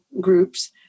groups